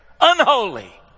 unholy